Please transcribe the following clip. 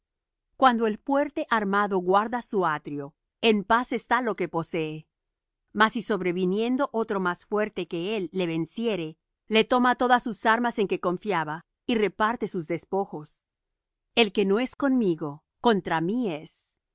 cuando el fuerte armado guarda su atrio en paz está lo que posee mas si sobreviniendo otro más fuerte que él le venciere le toma todas sus armas en que confiaba y reparte sus despojos el que no es conmigo contra mí es